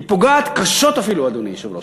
היא אפילו פוגעת קשות, אדוני היושב-ראש.